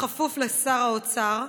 בכפוף לשר האוצר,